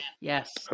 yes